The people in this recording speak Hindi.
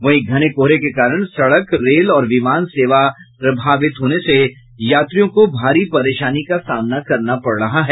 वहीं घने कोहरे के कारण सड़क रेल और विमान सेवा प्रभावित होने से यात्रियों को काफी परेशानी का सामना करना पड़ रहा है